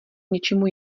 něčemu